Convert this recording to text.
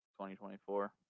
2024